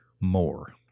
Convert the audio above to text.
more